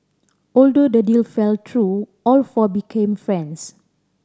although the deal fell through all four became friends